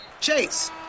Chase